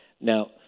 now